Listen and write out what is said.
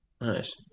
Nice